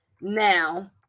Now